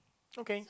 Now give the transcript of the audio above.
okay